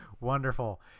Wonderful